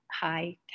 high